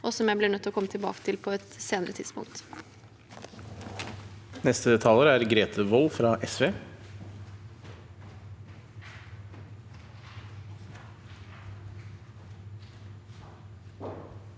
og som jeg blir nødt til å komme tilbake til på et senere tidspunkt. Grete Wold (SV)